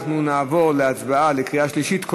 אנחנו נעבור להצבעה בקריאה שלישית,